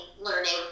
learning